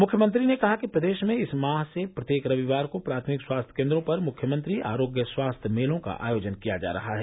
मुख्यमंत्री ने कहा कि प्रदेश में इस माह से प्रत्येक रविवार को प्राथमिक स्वास्थ्य कोन्द्रों पर मुख्यमंत्री आरोग्य स्वास्थ्य मेलों का आयोजन किया जा रहा है